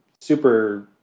super